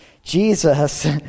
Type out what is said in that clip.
Jesus